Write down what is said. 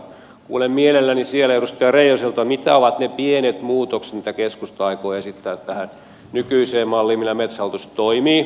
kuulen mielelläni siellä edustaja reijoselta mitä ovat ne pienet muutokset mitä keskusta aikoo esittää tähän nykyiseen malliin millä metsähallitus toimii